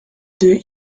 deux